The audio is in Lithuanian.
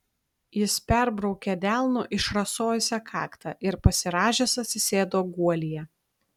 jis perbraukė delnu išrasojusią kaktą ir pasirąžęs atsisėdo guolyje